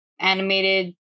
animated